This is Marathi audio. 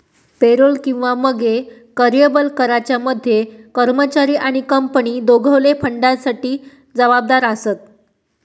पेरोल किंवा मगे कर्यबल कराच्या मध्ये कर्मचारी आणि कंपनी दोघवले फंडासाठी जबाबदार आसत